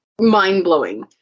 mind-blowing